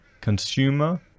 Consumer